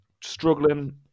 struggling